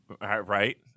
Right